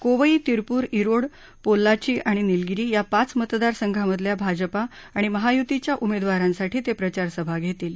कोवई तिरुपूर व्रिड पोल्लाची आणि निलगीरी या पाच मतदार संघामधल्या भाजपा आणि महायुतीच्या उमेदवारांसाठी ते प्रचारसभा घेतील